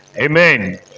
Amen